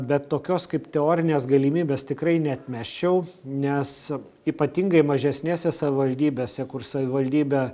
bet tokios kaip teorinės galimybės tikrai neatmesčiau nes ypatingai mažesnėse savivaldybėse kur savivaldybė